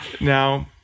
Now